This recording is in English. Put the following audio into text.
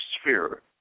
Sphere